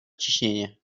ciśnienie